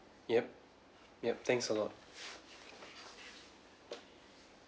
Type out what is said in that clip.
yup yup thanks a lot